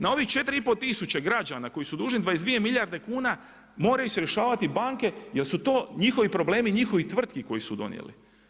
Na ovih 4,5 tisuće građana, koji su dužni 22 milijarde kuna, moraju se rješavati banke, jer su to njihovi problemi, njihovi tvrtki koji su donijeli.